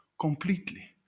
completely